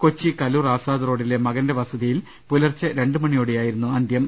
കൊച്ചി കലൂർ ആസാദ് റോഡിലെ മകന്റെ വസതിയിൽ പുലർച്ചെ രണ്ടുമണി യോടെയായിരുന്നു അന്ത്യം